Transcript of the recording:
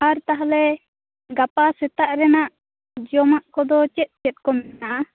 ᱟᱨ ᱛᱟᱦᱚᱞᱮ ᱜᱟᱯᱟ ᱥᱮᱛᱟᱜ ᱨᱮᱭᱟᱜ ᱡᱚᱢᱟᱜ ᱠᱚᱫᱚ ᱪᱮᱫ ᱪᱮᱫ ᱠᱚ ᱢᱮᱱᱟᱜᱼᱟ